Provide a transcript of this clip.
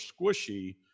squishy